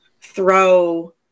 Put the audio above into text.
throw